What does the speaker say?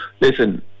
listen